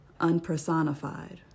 unpersonified